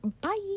bye